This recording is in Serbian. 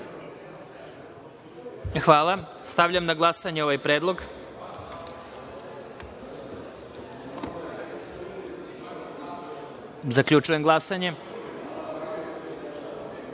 Hvala. Stavljam na glasanje ovaj predlog. Zaključujem glasanje.Za